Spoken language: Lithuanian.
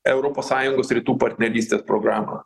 europos sąjungos rytų partnerystės programą